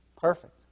Perfect